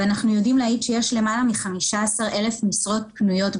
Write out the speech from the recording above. ואנחנו יודעים להעיד על כך שיש למעלה מ-15,000 משרות פנויות במשק,